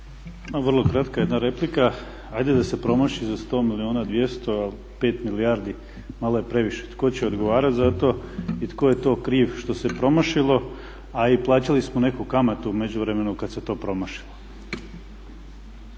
Vrlo kratka jedna replika. Ajde da se promaši za 100 milijuna, 200 ali 5 milijardi malo je previše. Tko će odgovarati za to i tko je to kriv što se promašilo? A i plaćali smo neku kamatu u međuvremenu kad se to promašilo.